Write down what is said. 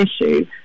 issue